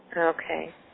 Okay